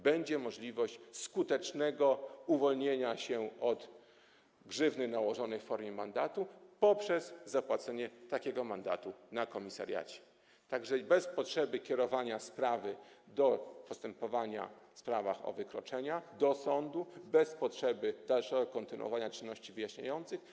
Będzie możliwość skutecznego uwolnienia się od grzywny nałożonej w formie mandatu poprzez zapłacenie takiego mandatu na komisariacie, bez potrzeby kierowania sprawy do postępowania w sprawach o wykroczenia do sądu, bez potrzeby kontynuowania czynności wyjaśniających.